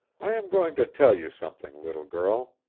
i am going to tell you something, little girl,